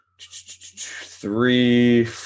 three